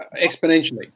exponentially